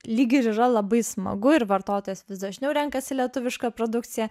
lyg ir yra labai smagu ir vartotojas vis dažniau renkasi lietuvišką produkciją